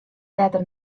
better